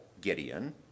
Gideon